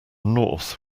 north